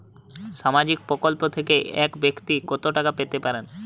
সামাজিক প্রকল্প থেকে এক ব্যাক্তি কত টাকা পেতে পারেন?